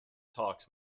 talks